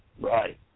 right